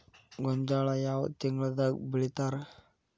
ಗೋಂಜಾಳ ಯಾವ ತಿಂಗಳದಾಗ್ ಬೆಳಿತಾರ?